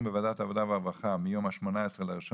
בוועדת העבודה והרווחה מיום ה-18.1.23,